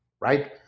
right